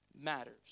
matters